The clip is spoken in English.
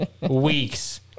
Weeks